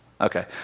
Okay